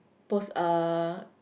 uh